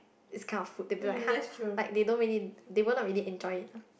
this kind of food they'll be like !huh! like they don't really they will not really enjoy it lah